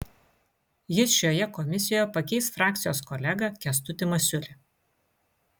jis šioje komisijoje pakeis frakcijos kolegą kęstutį masiulį